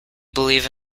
believe